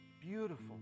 beautiful